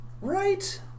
Right